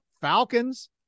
Falcons